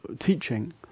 teaching